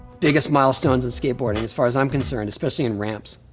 biggest milestones in skateboarding, as far as i'm concerned, especially in ramps.